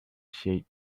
shade